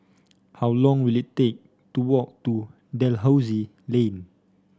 how long will it take to walk to Dalhousie Lane